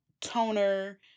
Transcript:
toner